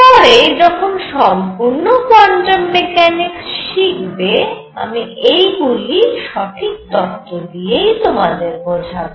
পরে যখন সম্পূর্ণ কোয়ান্টাম মেক্যানিক্স শিখবে আমি এইগুলি সঠিক তত্ত্ব দিয়ে তোমাদের বোঝাব